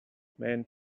man